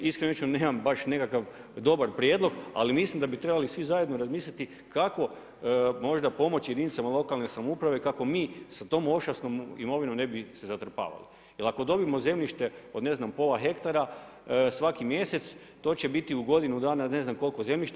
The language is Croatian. Iskreno rečeno nemam baš nekakav dobar prijedlog, ali mislim da bi trebali svi zajedno razmisliti kako možda pomoći jedinicama lokalne samouprave kako mi sa tom ošasnom imovinom ne bi se zatrpavali jer ako dobijemo zemljište od pola hektara svaki mjesec to će biti u godinu dana ne znam koliko zemljišta.